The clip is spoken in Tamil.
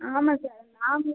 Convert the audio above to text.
ஆமாம் சார் நாங்களும்